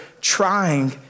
trying